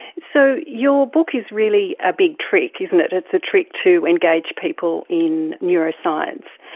so your book is really a big trick isn't it, it's a trick to engage people in neuroscience.